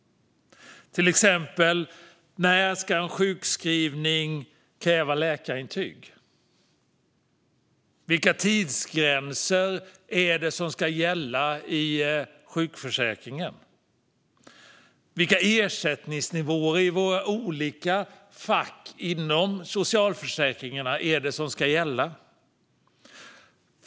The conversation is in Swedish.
När ska en sjukskrivning kräva läkarintyg? Vilka tidsgränser ska gälla i sjukförsäkringen? Vilka ersättningsnivåer i våra olika fack inom socialförsäkringarna ska gälla?